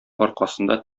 аркасында